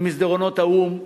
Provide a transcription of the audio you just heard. במסדרונות האו"ם,